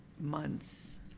months